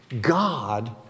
God